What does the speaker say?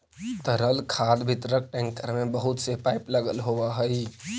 तरल खाद वितरक टेंकर में बहुत से पाइप लगल होवऽ हई